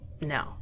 no